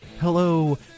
hello